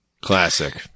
classic